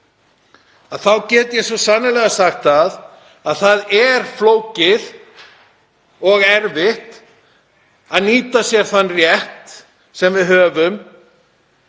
áratug get ég svo sannarlega sagt að það er flókið og erfitt að nýta sér þann rétt sem við höfum